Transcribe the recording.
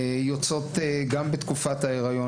יוצאות גם בתקופת ההיריון,